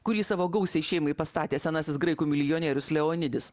kurį savo gausiai šeimai pastatė senasis graikų milijonierius leonidis